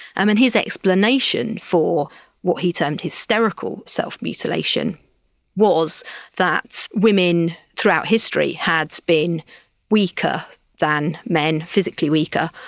um and his explanation for what he termed hysterical self-mutilation was that women throughout history had been weaker than men, physically weaker,